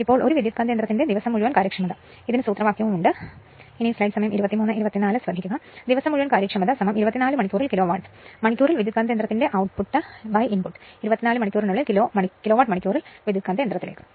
ഇപ്പോൾ ഒരു ട്രാൻസ്ഫോർമറിന്റെ ദിവസം മുഴുവൻ ഉണ്ടാകുന്ന കാര്യക്ഷമത കണ്ടുപിടിക്കുന്നതിനു സൂത്രവാക്യം ഉണ്ട് അതിനായി നമുക് ഒരു സംഖ്യ എടുക്കാം അപ്പോൾ അത് മനസിലാകും ദിവസം മുഴുവൻ കാര്യക്ഷമത 24 മണിക്കൂറിനുള്ളിൽ കിലോവാട്ട് മണിക്കൂറിൽ ട്രാൻസ്ഫോർമറിന്റെ output ഇൻപുട്ട് 24 മണിക്കൂറിനുള്ളിൽ കിലോവാട്ട് മണിക്കൂറിൽ ട്രാൻസ്ഫോർമറിലേക്ക്